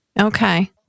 Okay